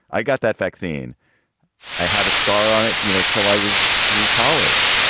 i got that vaccine i had a scar on it, you know, till i was through college.